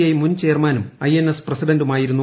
I മുൻചെയർമാനും I N S പ്രസിഡന്റുമായിരുന്നു